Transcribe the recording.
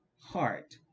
heart